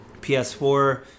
PS4